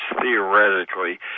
theoretically